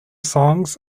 songs